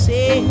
Say